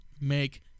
make